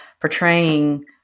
portraying